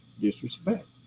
disrespect